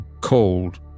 cold